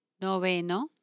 noveno